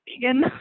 vegan